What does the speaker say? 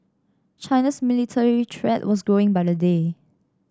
China's military threat was growing by the day